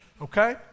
Okay